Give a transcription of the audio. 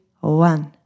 one